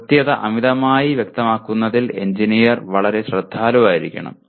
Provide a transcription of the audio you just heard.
കൃത്യത അമിതമായി വ്യക്തമാക്കുന്നതിൽ എഞ്ചിനീയർ വളരെ ശ്രദ്ധാലുവായിരിക്കണം